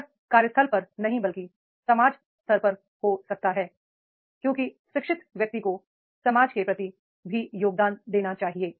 यह कार्यस्थल पर नहीं बल्कि समाज स्तर पर हो सकता है क्योंकि शिक्षित व्यक्ति को समाज के प्रति भी योगदान देना चाहिए